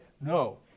No